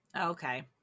Okay